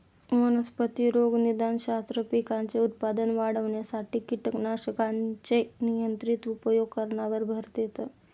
वनस्पती रोगनिदानशास्त्र, पिकांचे उत्पादन वाढविण्यासाठी कीटकनाशकांचे नियंत्रित उपयोग करण्यावर भर देतं